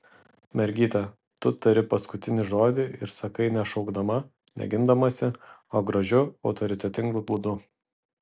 mergyte tu tari paskutinį žodį ir sakai ne šaukdama ne gindamasi o gražiu autoritetingu būdu